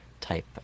type